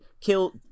Kill